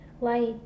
light